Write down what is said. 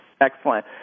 Excellent